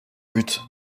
but